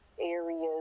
areas